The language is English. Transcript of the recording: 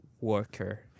worker